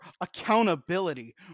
accountability